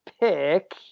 pick